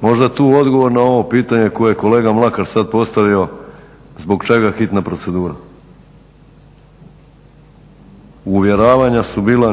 Možda je tu odgovor na ovo pitanje koje je kolega Mlakar sada postavio zbog čega hitna procedura. Uvjeravanja su bila,